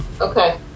okay